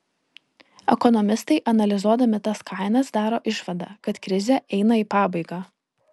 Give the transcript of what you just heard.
ekonomistai analizuodami tas kainas daro išvadą kad krizė eina į pabaigą